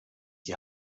die